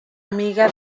amiga